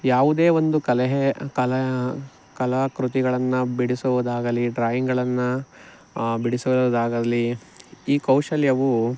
ಯಾವುದೇ ಒಂದು ಕಲೆಹೆ ಕಲಾಕೃತಿಗಳನ್ನು ಬಿಡಿಸುವುದಾಗಲಿ ಡ್ರಾಯಿಂಗ್ಗಳನ್ನು ಬಿಡಿಸುವುದಾಗಲಿ ಈ ಕೌಶಲ್ಯವು